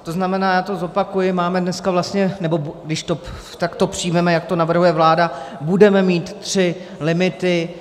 To znamená, já to zopakuji, máme dneska vlastně, nebo když to takto přijmeme, jak to navrhuje vláda, budeme mít tři limity.